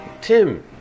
Tim